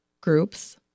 groups